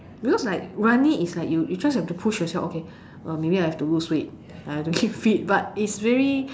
because like running is like you you just have to push yourself okay uh maybe I have to lose weight I have to keep fit but it's very